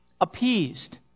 appeased